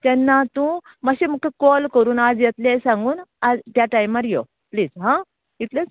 तेन्ना तूं मात्शें म्हाका काॅल करून आज येतलें सांगून आज त्या टायमार यो प्लीज हां इतलेंच